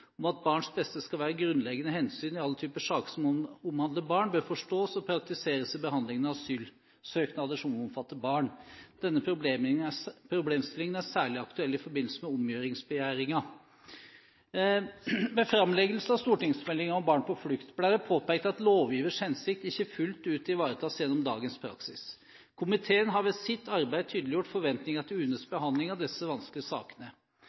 om at barns beste skal være et grunnleggende hensyn i alle typer saker som omhandler barn, bør forstås og praktiseres i behandlingen av asylsøknader som omfatter barn. Denne problemstillingen er særlig aktuell i forbindelse med omgjøringsbegjæringer. Ved framleggelse av stortingsmeldingen om barn på flukt ble det påpekt at lovgivers hensikt ikke fullt ut ivaretas gjennom dagens praksis. Komiteen har ved sitt arbeid tydeliggjort forventninger til UNEs behandling av disse vanskelige sakene.